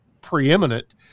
preeminent